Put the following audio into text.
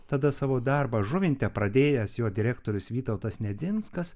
tada savo darbą žuvinte pradėjęs jo direktorius vytautas nedzinskas